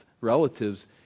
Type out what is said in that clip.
relatives